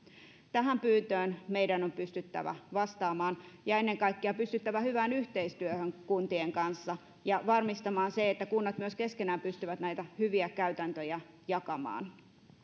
tähän pyyntöön meidän on pystyttävä vastaamaan ja ennen kaikkea pystyttävä hyvään yhteistyöhön kuntien kanssa ja varmistamaan se että kunnat myös keskenään pystyvät näitä hyviä käytäntöjä jakamaan